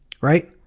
right